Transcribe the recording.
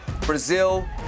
Brazil